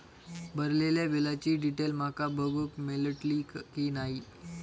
भरलेल्या बिलाची डिटेल माका बघूक मेलटली की नाय?